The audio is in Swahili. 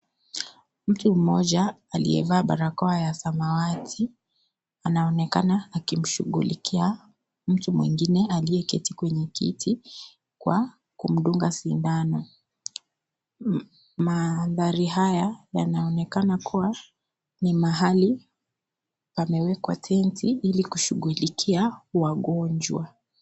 Mtu mmoja aliyevaa barakoa ya samawati anaonekana akimshughulikia mtu mwingine aliyeketi kwenye kiti kwa kumdunga sindano. Maandhari haya yanaonekana kuwa ni mahali pamewekwa tenti Ili kushughulikia wagonjwa.